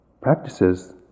practices